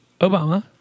Obama